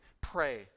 pray